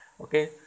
Okay